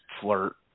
flirt